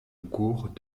cours